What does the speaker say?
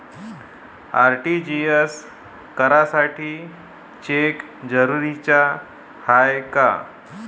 RTGS करासाठी cheque जरुरीचा हाय काय?